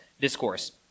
Discourse